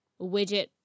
Widget